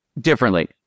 differently